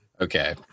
Okay